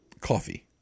coffee